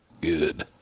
good